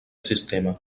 sistema